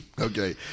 Okay